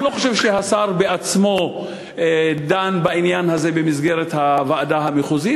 אני לא חושב שהשר עצמו דן בעניין הזה במסגרת הוועדה המחוזית.